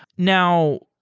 now,